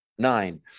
Nine